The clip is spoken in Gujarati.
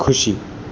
ખુશી